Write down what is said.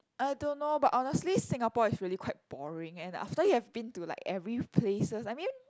I don't know but honestly Singapore is really quite boring and after you have been to like every places I mean